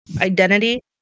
identity